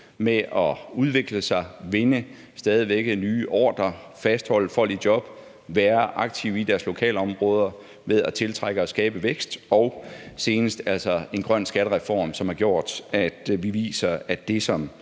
med at udvikle sig, stadig væk vinde nye ordrer, fastholde folk i job, være aktive i deres lokalområder med at tiltrække og skabe vækst og senest altså en grøn skattereform, som har gjort, at vi viser, at det, som